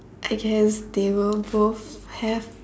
I guess they will both have